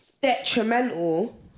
Detrimental